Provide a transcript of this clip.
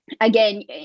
again